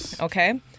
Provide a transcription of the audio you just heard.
Okay